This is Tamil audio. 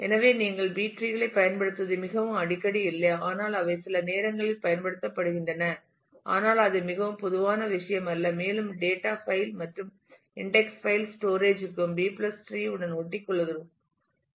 எனவே நீங்கள் B டிரீகளைப் பயன்படுத்துவது மிகவும் அடிக்கடி இல்லை ஆனால் அவை சில நேரங்களில் பயன்படுத்தப்படுகின்றன ஆனால் அது மிகவும் பொதுவான விஷயம் அல்ல மேலும் டேட்டா பைல் மற்றும் இன்டெக்ஸ் பைல் ஸ்டோரேஜ் ற்கும் B டிரீ B tree உடன் ஒட்டிக்கொள்கிறோம்